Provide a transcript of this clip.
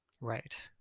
Right